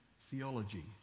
theology